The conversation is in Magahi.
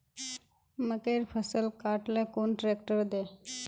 मकईर फसल काट ले कुन ट्रेक्टर दे?